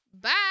Bye